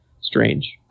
strange